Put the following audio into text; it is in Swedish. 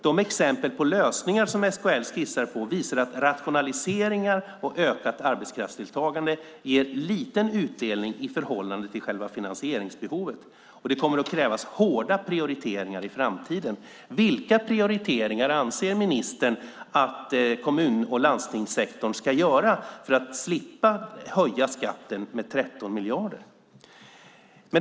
De exempel på lösningar SKL skissar på visar att rationaliseringar och ökat arbetskraftsdeltagande ger liten utdelning i förhållande till själva finansieringsbehovet, och det kommer att krävas hårda prioriteringar i framtiden. Vilka prioriteringar anser ministern att kommun och landstingssektorn ska göra för att slippa höja skatten med 13 kronor?